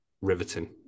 riveting